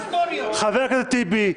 חבר הכנסת טיבי.